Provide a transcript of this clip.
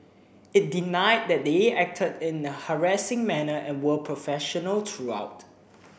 it denied that they acted in a harassing manner and were professional throughout